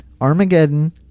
armageddon